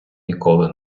ніколи